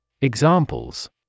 Examples